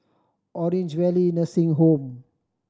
Orange Valley Nursing Home